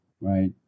Right